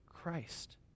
Christ